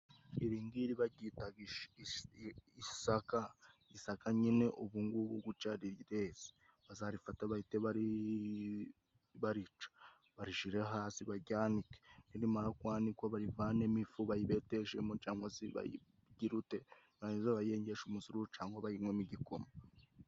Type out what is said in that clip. Iringiri baryita isaka. Isaka nyine ubungubu guca rireze . Bazarifata bahite barica barishire hasi baryanike nirimara kwanikwa, barivanemo ifu bayibeteshemo cangwa se bayigire ute, nibarangiza bayengeshe umusururu cyangwa bayinywemo igikoma.